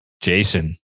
Jason